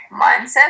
mindset